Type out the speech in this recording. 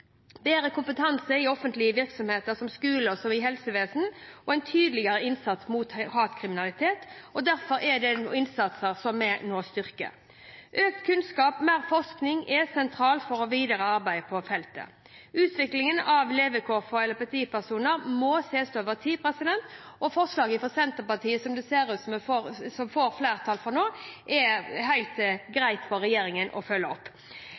bedre kompetanse i offentlige virksomheter, som skoler og helsevesenet, og en tydeligere innsats mot hatkriminalitet. Derfor styrker vi innsatsen på disse områdene. Økt kunnskap og mer forskning er sentralt for det videre arbeidet på feltet. Utviklingen av levekår for LHBTI-personer må ses på over tid, og forslaget fra Senterpartiet, som det ser ut som det blir flertall for nå, er det helt greit for regjeringen å følge opp.